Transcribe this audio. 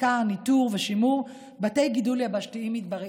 מחקר וניטור ושימור של בתי גידול יבשתיים מדבריים.